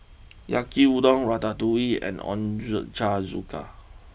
Yaki Udon Ratatouille and Ochazuke